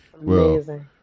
Amazing